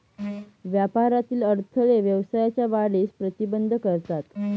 व्यापारातील अडथळे व्यवसायाच्या वाढीस प्रतिबंध करतात